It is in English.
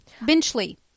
Benchley